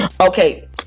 Okay